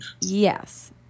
Yes